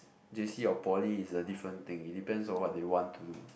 J_C or poly is a different thing it depends on what they want to do